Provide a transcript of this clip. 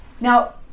Now